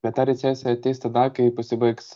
bet ta recesija ateis tada kai pasibaigs